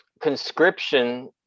Conscription